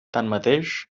tanmateix